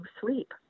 sleep